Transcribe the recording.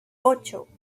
ocho